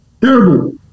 terrible